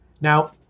Now